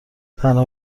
تنها